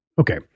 Okay